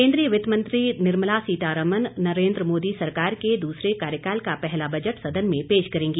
केंद्रीय वित्त मंत्री निर्मला सीतारमण नरेन्द्र मोदी सरकार के दूसरे कार्यकाल का पहला बजट सदन में पेश करेंगी